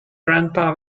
grandpa